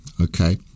Okay